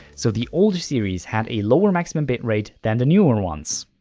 so the older series have a lower maximum bitrate than the newer ones.